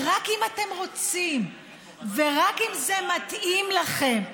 רק אם אתם רוצים ורק אם זה מתאים לכם,